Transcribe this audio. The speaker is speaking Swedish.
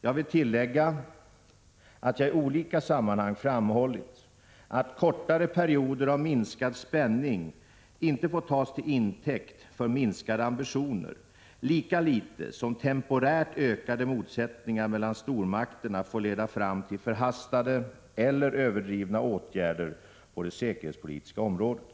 Jag vill tillägga att jag i olika sammanhang framhållit att kortare perioder av minskad spänning inte får tas till intäkt för minskade ambitioner, lika litet som temporärt ökade motsättningar mellan stormakterna får leda fram till förhastade eller överdrivna åtgärder på det säkerhetspolitiska området.